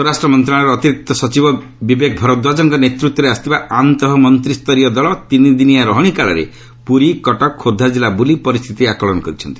ସ୍ୱରାଷ୍ଟ୍ର ମନ୍ତ୍ରଣାଳୟର ଅତିରିକ୍ତ ସଚିବ ବିବେକ ଭରଦ୍ୱାରଜଙ୍କ ନେତୃତ୍ୱରେ ଆସିଥିବା ଆନ୍ତଃ ମନ୍ତ୍ରୀୟ ଦଳ ତିନି ଦିନିଆ ରହଣି କାଳରେ ପୁରୀ କଟକ ଖୋର୍ଦ୍ଧା ଜିଲ୍ଲା ବୂଲି ପରିସ୍ଥିତିର ଆକଳନ କରିଛନ୍ତି